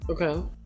Okay